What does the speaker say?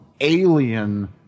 alien